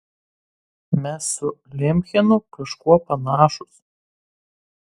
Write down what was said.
mes su lemchenu kažkuo panašūs